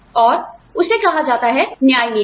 और उसे कहा जाता है न्याय नीति